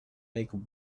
make